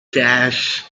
cash